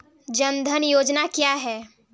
जनधन योजना क्या है?